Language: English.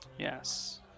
Yes